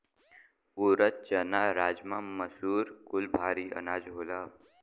ऊरद, चना, राजमा, मसूर कुल भारी अनाज होला